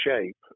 shape